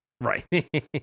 right